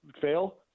fail